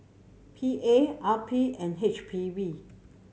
P A R P and H P B